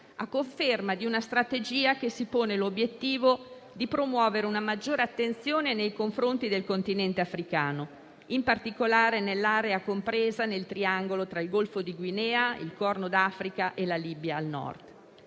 a conferma di una strategia che si pone l'obiettivo di promuovere una maggiore attenzione nei confronti del Continente africano, in particolare nell'area compresa nel triangolo tra il Golfo di Guinea, il Corno d'Africa e la Libia al Nord.